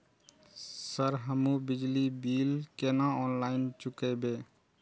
Sir हमू बिजली bill केना ऑनलाईन चुकेबे?